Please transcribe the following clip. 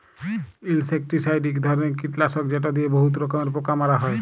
insecticide ইক ধরলের কিটলাসক যেট লিয়ে বহুত রকমের পোকা মারা হ্যয়